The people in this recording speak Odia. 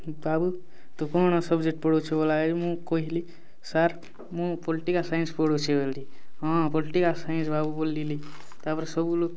ବାବୁ ତୁ କ'ଣ ସବଜେକ୍ଟ୍ ପଢ଼ଉଛୁ ବୋଏଲା କେ ମୁଁ କହିଲି ସାର୍ ମୁଁ ପଲିଟିକାଲ୍ ସାଇନ୍ସ ପଢ଼ଉଛି ବୋଲି ହଁ ପଲିଟିକାଲ୍ ସାଇନ୍ସ୍ ବାବୁ ବୋଲିଲି ତା'ର୍ପରେ ସବୁ ଲୋକ୍